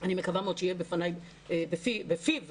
אני מקווה מאוד שיהיו בפיו בשורות,